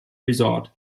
resort